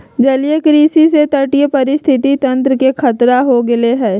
जलीय कृषि से तटीय पारिस्थितिक तंत्र के खतरा हो गैले है